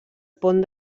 pont